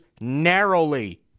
narrowly